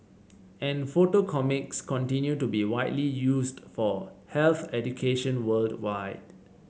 and photo comics continue to be widely used for health education worldwide